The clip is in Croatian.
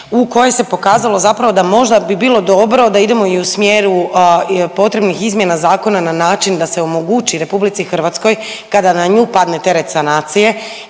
u kojoj se pokazalo zapravo da možda bi bilo dobro da idemo i u smjeru potrebnih izmjena zakona na način da se omogući RH kada na nju padne teret sanacije